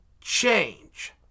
change